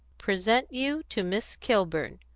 present you to miss kilburn,